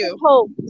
hope